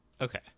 Okay